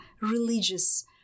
religious